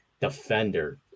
defender